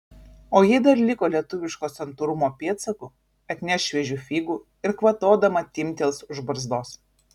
o jei dar liko lietuviško santūrumo pėdsakų atneš šviežių figų ir kvatodama timptels už barzdos